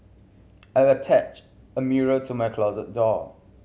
I attached a mirror to my closet door